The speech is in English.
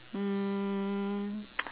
um